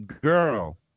girl